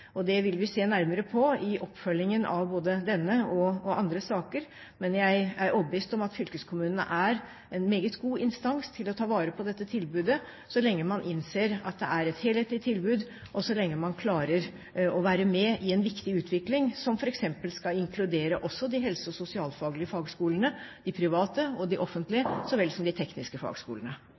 Det vil vi se nærmere på i oppfølgingen av både denne saken og andre saker. Jeg er overbevist om at fylkeskommunene er en meget god instans når det gjelder å ta vare på dette tilbudet, så lenge man innser at det er et helhetlig tilbud, og så lenge man klarer å være med i en viktig utvikling som f.eks. skal inkludere de helse- og sosialfaglige fagskolene, de private og de offentlige, så vel som de tekniske fagskolene.